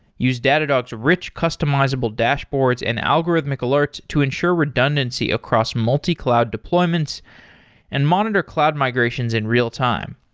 use datadog's rich customizable dashboards and algorithmic alert to ensure redundancy across multi-cloud deployments and monitor cloud migrations in real-time.